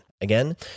Again